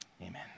amen